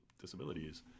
disabilities